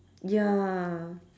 ya